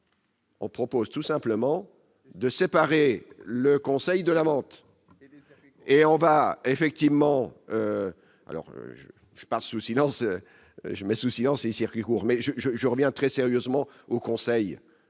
On propose tout simplement de séparer le Conseil de la vente et on va effectivement alors je je parle sous silence je sous silence et circuits courts mais je, je, je reviens très sérieusement au conseil